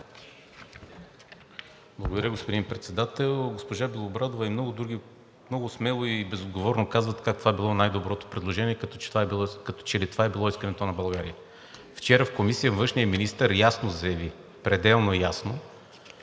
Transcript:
Благодаря, господин Председател. Госпожа Белобрадова и много други много смело и безотговорно казаха така – това било най-доброто предложение, като че ли това е било искането на България. Вчера в комисия външният министър ясно заяви, пределно ясно,